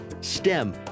STEM